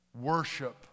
worship